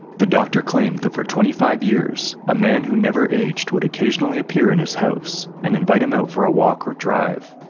the doctor claimed that for twenty five years a man who never aged would occasionally appear in his house and invite him out for a walk or drive.